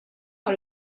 par